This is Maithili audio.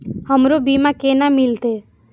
हमरो बीमा केना मिलते?